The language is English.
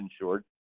insured